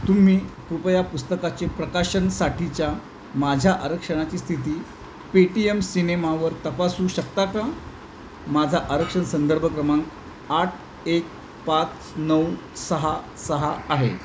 तुम्ही कृपया पुस्तकाचे प्रकाशनसाठीच्या माझ्या आरक्षणाची स्थिती पेटीएम सिनेमावर तपासू शकता का माझा आरक्षण संदर्भ क्रमांक आठ एक पाच नऊ सहा सहा आहे